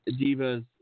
divas